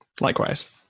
Likewise